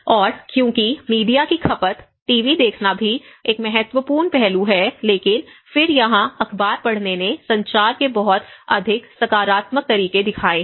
और क्योंकि मीडिया की खपत टीवी देखना भी एक महत्वपूर्ण पहलू है लेकिन फिर यहाँ अखबार पढ़ने ने संचार के बहुत अधिक सकारात्मक तरीके दिखाए हैं